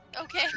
Okay